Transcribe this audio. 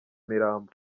imirambo